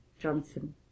Johnson